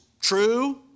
true